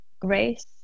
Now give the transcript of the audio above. grace